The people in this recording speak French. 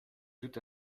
tout